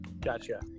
gotcha